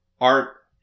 art